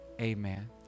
amen